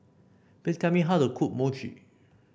please tell me how to cook Mochi